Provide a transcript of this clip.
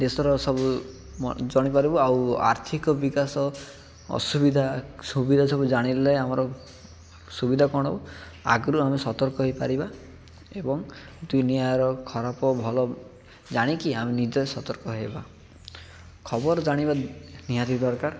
ଦେଶର ସବୁ ଜାଣିପାରିବୁ ଆଉ ଆର୍ଥିକ ବିକାଶ ଅସୁବିଧା ସୁବିଧା ସବୁ ଜାଣିଲେ ଆମର ସୁବିଧା କ'ଣ ହବ ଆଗରୁ ଆମେ ସତର୍କ ହେଇପାରିବା ଏବଂ ଦୁଇ ନିଆର ଖରାପ ଭଲ ଜାଣିକି ଆମେ ନିଜେ ସତର୍କ ହେବା ଖବର ଜାଣିବା ନିହାତି ଦରକାର